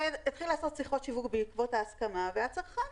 והתחיל לעשות שיחות שיווק בעקבות ההסכמה, והצרכן